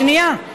שנייה.